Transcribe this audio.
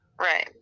Right